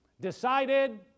Decided